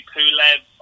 Pulev